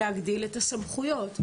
להגדיל את הסמכויות.